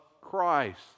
Christ